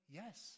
yes